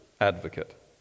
advocate